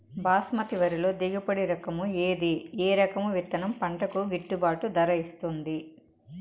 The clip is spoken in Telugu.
బాస్మతి వరిలో దిగుబడి రకము ఏది ఏ రకము విత్తనం పంటకు గిట్టుబాటు ధర ఇస్తుంది